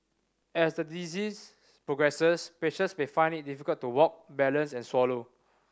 as the disease progresses patients may find it difficult to walk balance and swallow